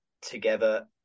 together